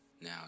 Now